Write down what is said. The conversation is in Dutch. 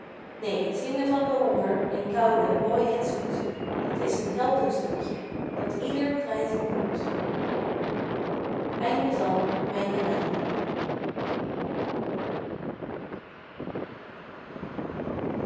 neen zingen van den honger en koude mooi en zoet dat is een heldenstukje dat ieder prijzen moet